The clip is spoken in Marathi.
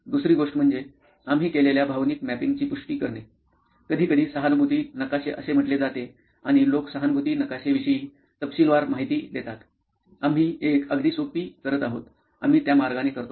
दुसरी गोष्ट म्हणजे आम्ही केलेल्या भावनिक मॅपिंगची पुष्टी करणे कधीकधी सहानुभूती नकाशे असे म्हटले जाते आणि लोक सहानुभूती नकाशे विषयी तपशीलवार माहिती देतात आम्ही एक अगदी सोपी करत आहोत आम्ही त्या मार्गाने करतो